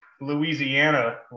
louisiana